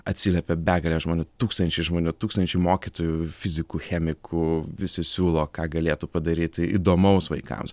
atsiliepė begalė žmonių tūkstančiai žmonių tūkstančiai mokytojų fizikų chemikų visi siūlo ką galėtų padaryti įdomaus vaikams